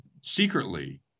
secretly